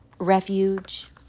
refuge